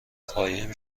قایم